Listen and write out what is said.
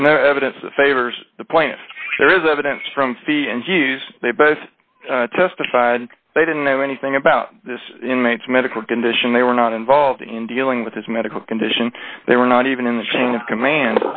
there's no evidence favors the point there is evidence from the n g s they both testified they didn't know anything about this inmate's medical condition they were not involved in dealing with his medical condition they were not even in the chain of command